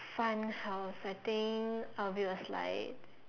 fun house I think I'll build a slide